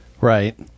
Right